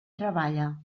treballa